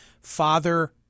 father